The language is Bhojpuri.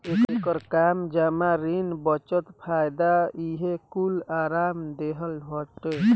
एकर काम जमा, ऋण, बचत, फायदा इहे कूल आराम देहल हटे